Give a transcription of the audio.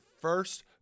first